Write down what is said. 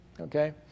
okay